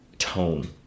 Tone